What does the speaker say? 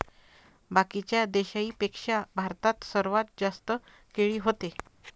बाकीच्या देशाइंपेक्षा भारतात सर्वात जास्त केळी व्हते